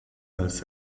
als